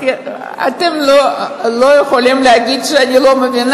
אתם לא יכולים להגיד שאני לא מבינה